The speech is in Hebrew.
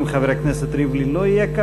אם חבר הכנסת ריבלין לא יהיה כאן,